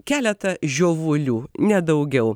keletą žiovulių ne daugiau